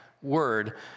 word